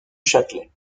châtelet